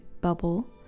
bubble